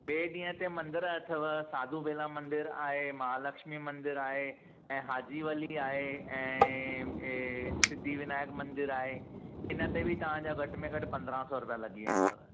टे ॾींहं ते मंदर अथव साधूबेला मंदर आहे महालक्ष्मी मंदर आहे ऐं हाजी अली आहे ऐं ऐं सिद्धिविनायक मंदिर आहे हिन ते बि तव्हां जा घटि में घटि पंद्रहं सौ रुपया लॻी वेंदव